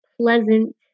pleasant